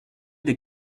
des